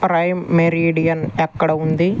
prime meridian ఎక్కడ ఉంది